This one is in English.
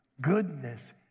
goodness